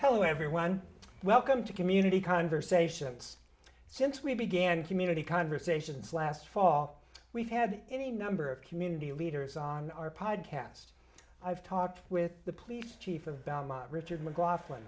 hello everyone welcome to community conversations since we began community conversations last fall we've had any number of community leaders on our pride cast i've talked with the police chief of belmont richard mc